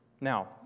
Now